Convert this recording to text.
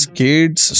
kids